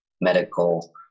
medical